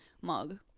mug